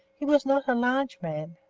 he was not a large man,